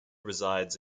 resides